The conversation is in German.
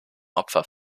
opfer